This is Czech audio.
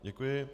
Děkuji.